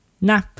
nah